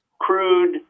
crude